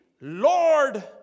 Lord